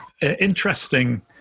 interesting